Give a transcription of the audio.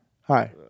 hi